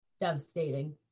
devastating